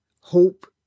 Hope